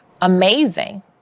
amazing